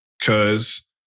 Cause